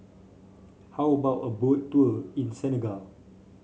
how about a Boat Tour in Senegal